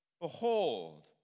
behold